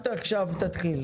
אז אל תתחיל עכשיו.